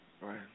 Right